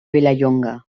vilallonga